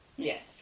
Yes